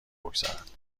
بگذارد